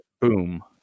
boom